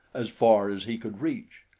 as far as he could reach.